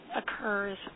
occurs